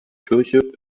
kirche